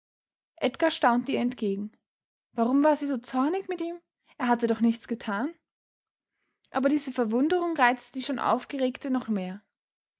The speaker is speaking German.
edgar staunte ihr entgegen warum war sie so zornig mit ihm er hatte doch nichts getan aber diese verwunderung reizte die schon aufgeregte noch mehr